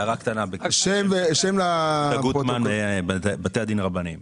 יהודה גוטמן בתי הדין הרבניים,